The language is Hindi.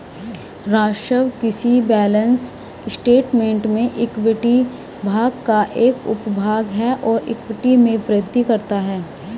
राजस्व किसी बैलेंस स्टेटमेंट में इक्विटी भाग का एक उपभाग है और इक्विटी में वृद्धि करता है